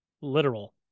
literal